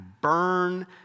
burn